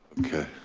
okay,